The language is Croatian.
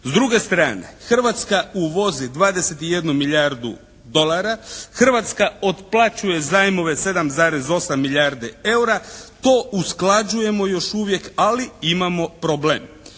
S druge strane Hrvatska uvozi 21 milijardu dolara. Hrvatska otplaćuje zajmove 7,8 milijardi EUR-a. To usklađujemo još uvijek ali imamo problem.